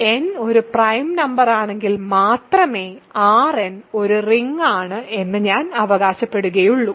n ഒരു prime നമ്പറാണെങ്കിൽ മാത്രമേ Rn ഒരു റിംഗ് ആണ് എന്ന് ഞാൻ അവകാശപ്പെടുകയുള്ളൂ